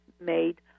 made